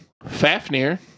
Fafnir